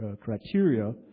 criteria